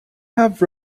have